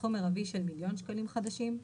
בסכום מרבי של 1,000,000 שקלים חדשים.